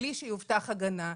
בלי שתובטח הגנה.